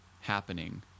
happening